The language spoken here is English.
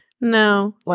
No